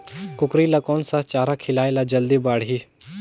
कूकरी ल कोन सा चारा खिलाय ल जल्दी बाड़ही?